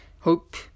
hope